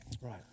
Right